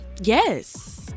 Yes